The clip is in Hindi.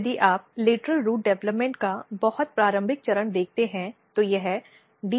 और यदि आप लेटरल रूट डेवलपमेंट का बहुत प्रारंभिक चरण देखते हैं तो यह DR5 GUS अभिव्यक्ति है